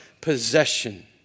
possession